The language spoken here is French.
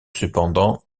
cependant